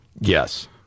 Yes